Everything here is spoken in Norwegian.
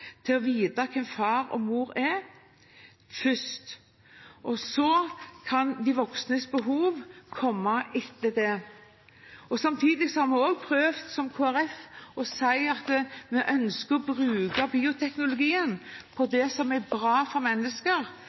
til å vite hvem far og mor er, kommer først, og så kan de voksnes behov komme etter det. Samtidig har vi i Kristelig Folkeparti også prøvd å si at vi ønsker å bruke bioteknologien på det som er bra for mennesker,